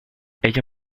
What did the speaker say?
ella